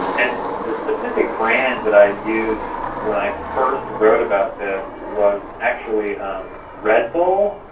and the specific brand that i used when i first wrote about this was actually um red bull.